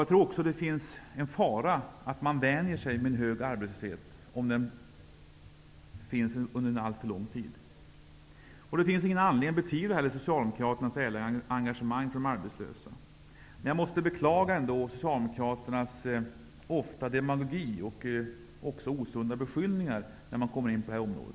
Jag tror också det finns en fara att man vänjer sig vid en hög arbetslöshet om den består under en alltför lång tid. Det finns heller ingen anledning att betvivla Socialdemokraternas ärliga engagemang för de arbetslösa. Men jag måste ändå beklaga att Socialdemokraterna så lätt faller in i demagogi och osunda beskyllningar när man kommer in på detta område.